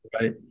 Right